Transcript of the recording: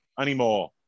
anymore